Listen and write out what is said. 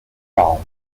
parents